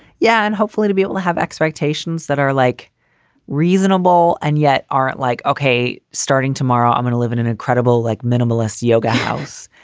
yeah and hopefully to be able to have expectations that are like reasonable and yet aren't like. okay. starting tomorrow, i'm going to live in an incredible, like minimalist yoga house.